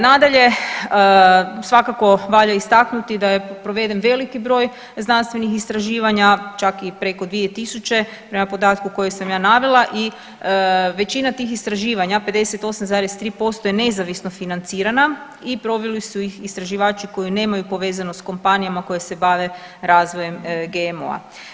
Nadalje, svakako valja istaknuti da je proveden veliki broj znanstvenih istraživanja čak i preko 2000. prema podatku koji sam ja navela i većina tih istraživanja 58,3% je nezavisno financirana i proveli su ih istraživači koji nemaju povezanost sa kompanijama koje se bave razvojem GMO-a.